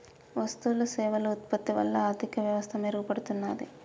వస్తువులు సేవలు ఉత్పత్తి వల్ల ఆర్థిక వ్యవస్థ మెరుగుపడుతున్నాది